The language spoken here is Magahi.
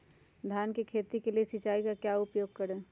धान की खेती के लिए सिंचाई का क्या उपयोग करें?